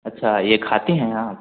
अच्छा यह खाती हैं आप